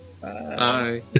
bye